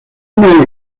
una